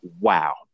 wow